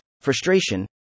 frustration